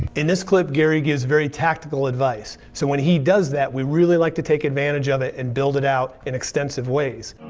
in this clip, gary gives very tactical advice, so when he does that we really like to take advantage of it and build it out in extensive ways.